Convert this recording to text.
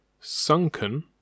Sunken